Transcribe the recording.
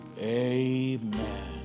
Amen